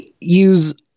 use